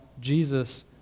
Jesus